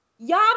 Y'all